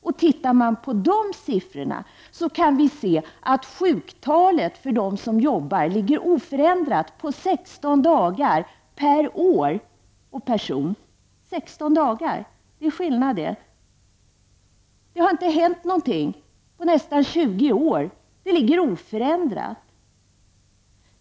Om man tittar på dessa siffror kan man se att sjuktalet för dem som jobbar ligger oförändrat på 16 dagar per person och år. Det är skillnad. Det har inte skett något på nästan 20 år. Detta tal är oförändrat.